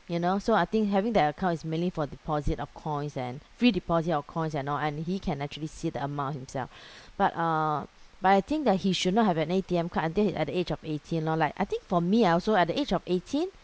you know so I think having that account is mainly for deposit of coins and free deposit of coins and all and he can actually see the amount himself but uh but I think that he should not have an A_T_M card until he at the age of eighteen lor like I think for me I also at the age of eighteen